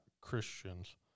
Christians